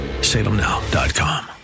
salemnow.com